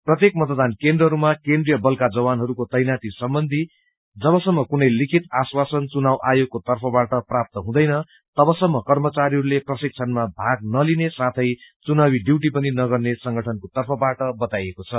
प्रत्येक मतदान केन्द्रहरूामा केन्द्रिय बलका जवानहरूको तैनाती सम्बन्धी जबसम्म लिचिखत आश्वासन चुनाव आयोगको तर्फबाट प्राप्त हुँदैन तबसम्म कर्मचारीहरूले प्रश्शिक्षणमा भाग नलिने साथै चुनावी डयूटी पनि नगर्ने संगठनको तर्फबाट बताईएको छ